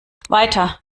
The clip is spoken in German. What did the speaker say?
weiter